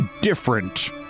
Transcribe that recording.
different